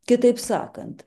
kitaip sakant